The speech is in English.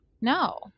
No